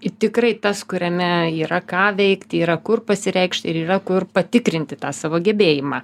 tikrai tas kuriame yra ką veikti yra kur pasireikšti ir yra kur patikrinti tą savo gebėjimą